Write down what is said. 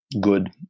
good